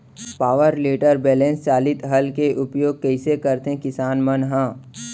Power tiller बैलेंस चालित हल के उपयोग कइसे करथें किसान मन ह?